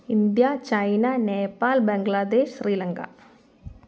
India China Nepal Bangladesh Sri Lanka